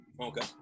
Okay